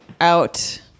out